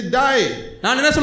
die